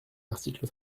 l’article